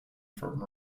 from